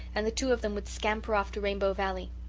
and the two of them would scamper off to rainbow valley.